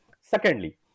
Secondly